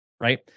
right